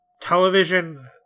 television